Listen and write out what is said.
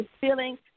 feeling